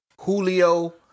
Julio